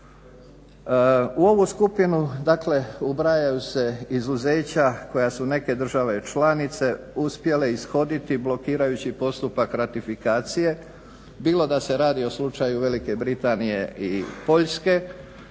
U ovu skupinu, dakle ubrajaju se izuzeća koja su neke države članice uspjele ishoditi blokirajući postupak ratifikacije bilo da se radi o slučaju Velike Britanije i Poljske